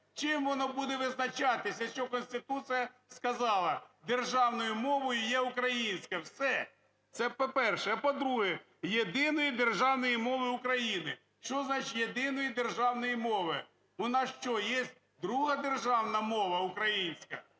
Чим воно буде визначатися, якщо Конституція сказала: державною мовою є українська. Все. Це по-перше. А по-друге, єдиної державної мови України. Що значить єдиної державної мови? У нас що, є друга державна мова українська?